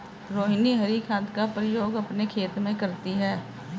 रोहिनी हरी खाद का प्रयोग अपने खेत में करती है